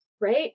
right